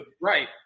Right